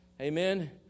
Amen